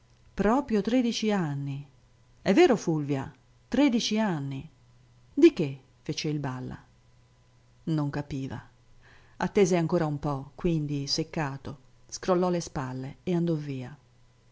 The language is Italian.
proprio tredici anni è vero fulvia tredici anni di che fece il balla non capiva attese ancora un po quindi seccato scrollò le spalle e andò via